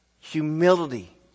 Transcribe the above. humility